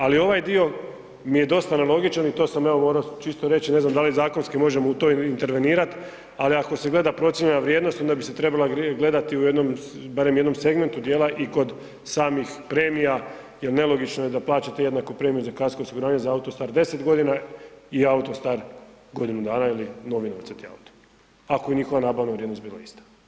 Ali ovaj dio mi je dosta nelogičan i to sam evo, morao čisto reći, ne znam da li zakonski možemo u to intervenirati, ali ako se gleda procijenjena vrijednost, onda bi se trebala gledati u jednom, barem jednom segmentu dijela i kod samih premija jer nelogično je da plaćate jednaku premiju za kasko osiguranje za auto star 10 godina i auto star godinu dana ili novi novcati auto, ako je njihova nabavna vrijednost bila ista.